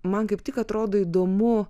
man kaip tik atrodo įdomu